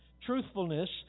Truthfulness